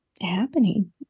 happening